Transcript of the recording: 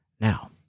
Now